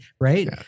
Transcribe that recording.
Right